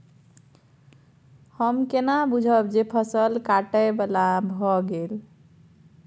हम केना बुझब जे फसल काटय बला भ गेल?